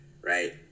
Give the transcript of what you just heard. right